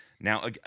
Now